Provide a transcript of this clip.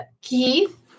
Keith